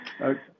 Okay